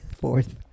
fourth